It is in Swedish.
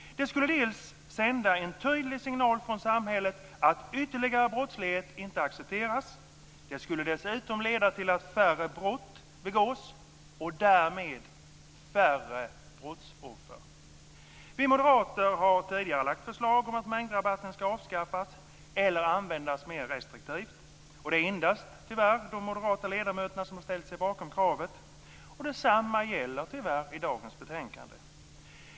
Det skulle sända en tydlig signal från samhället att ytterligare brottslighet inte accepteras. Det skulle dessutom leda till att färre brott begås och därmed till färre brottsoffer. Vi moderater har tidigare väckt förslag om att mängdrabatten ska avskaffas eller användas mer restriktivt. Det är tyvärr endast de moderata ledamöterna som har ställt sig bakom kravet. Och detsamma gäller tyvärr i dagens betänkande.